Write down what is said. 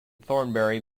thornbury